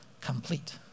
complete